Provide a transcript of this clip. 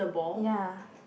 ya